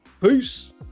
Peace